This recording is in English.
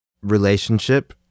relationship